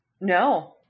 No